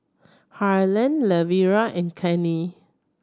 Harlan Lavera and Cannie